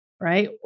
right